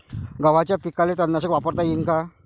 गव्हाच्या पिकाले तननाशक वापरता येईन का?